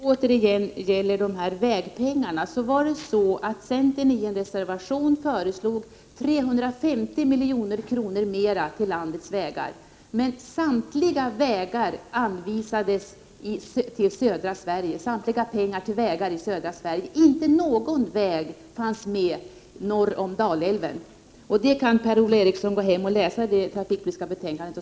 Herr talman! Återigen om vägpengarna: Centern föreslog i en reservation 350 milj.kr. mer till landets vägar, men samtliga dessa medel skulle anvisas till vägar i södra Sverige — inte någon väg norr om Dalälven fanns med i det förslaget. Detta kan Per-Ola Eriksson finna bevis för i det trafikpolitiska betänkandet.